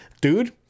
Dude